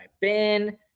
Ben